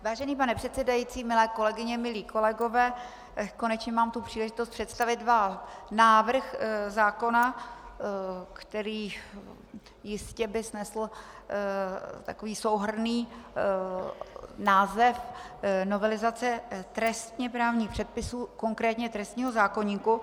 Vážený pane předsedající, milé kolegyně, milí kolegové, konečně mám příležitost představit vám návrh zákona, který by jistě snesl souhrnný název novelizace trestněprávních předpisů, konkrétně trestního zákoníku.